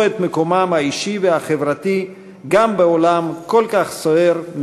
את מקומם האישי והחברתי גם בעולם כל כך סוער,